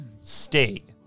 state